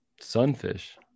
sunfish